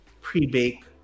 pre-bake